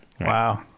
Wow